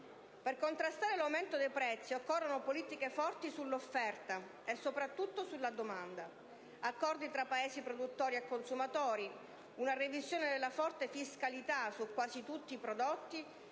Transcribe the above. Per contrastare l'aumento dei prezzi occorrono politiche forti sull'offerta e soprattutto sulla domanda, accordi tra Paesi produttori e consumatori, una revisione della forte fiscalità su quasi tutti i prodotti